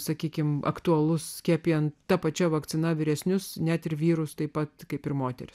sakykime aktualus skiepijant ta pačia vakcina vyresnius net ir vyrus taip pat kaip ir moteris